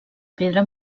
pedra